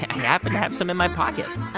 happen to have some in my pocket oh,